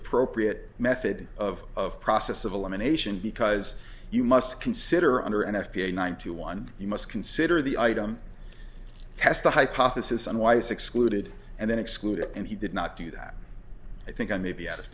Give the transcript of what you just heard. appropriate method of process of elimination because you must consider under n f p a nine to one you must consider the item test the hypothesis on why is excluded and then excluded and he did not do that i think i may be out of